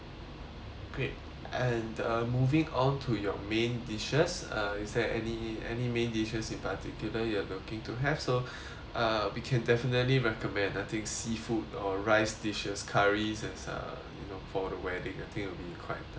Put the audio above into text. great and uh moving on to your main dishes uh is there any any main dishes in particular you are looking to have so uh we can definitely recommend I think seafood or rice dishes curries and uh you know for a wedding it will be quite nice